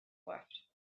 left